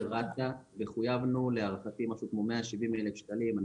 עובדי רת"א וחויבנו להערכתי משהו כמו 170,000 שקלים.